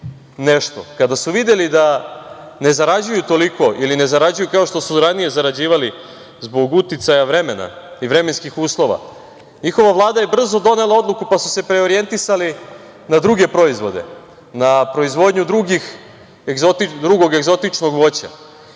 nešto. Kada smo videli da ne zarađuju toliko, ili da ne zarađuju kao što su sarađivali, zbog uticaja vremena i vremenskih uslova, njihova Vlada je brzo donela odluku, pa su se preorjentisali na druge proizvode, na proizvodnju drugog egzotičnog voća.